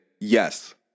yes